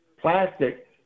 plastic